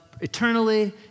eternally